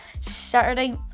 Saturday